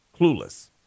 clueless